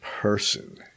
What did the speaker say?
person